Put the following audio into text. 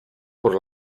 por